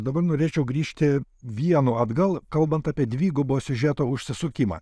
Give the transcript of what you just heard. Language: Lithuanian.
dabar norėčiau grįžti vienu atgal kalbant apie dvigubo siužeto užsisukimą